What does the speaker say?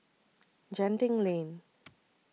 Genting Lane